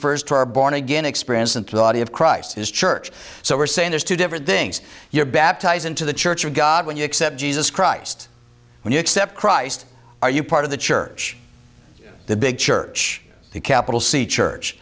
our born again experience into the body of christ his church so we're saying there's two different things you're baptized into the church of god when you accept jesus christ when you accept christ are you part of the church the big church the capital c church